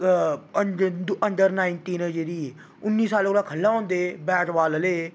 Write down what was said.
under nineteen जेह्ड़ी उन्नी सालें कोला थ'ल्लै होंदे बैट बॉल आह्ले